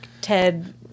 Ted